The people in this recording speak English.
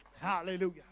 Hallelujah